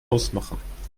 ausmachen